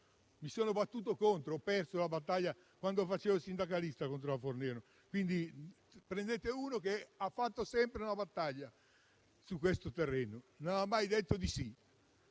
contro la legge Fornero, ho perso la battaglia, quando facevo il sindacalista, contro la Fornero. Quindi, sono uno che ha fatto sempre una battaglia su questo terreno e non ho mai detto di sì.